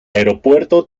aeropuerto